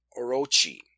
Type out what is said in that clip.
Orochi